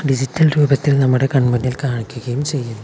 digital രൂപത്തിൽ നമ്മുടെ കൺമുന്നിൽ കാണിക്കുകയും ചെയ്യുന്നു